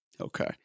Okay